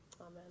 Amen